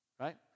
Right